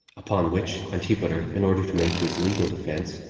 upon which antipater, in order to make his legal defense,